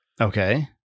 Okay